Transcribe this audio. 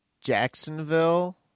Jacksonville